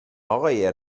آقای